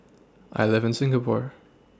I live in Singapore